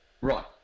Right